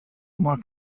more